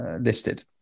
listed